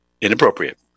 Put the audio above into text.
inappropriate